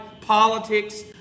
politics